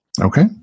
Okay